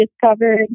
discovered